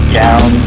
down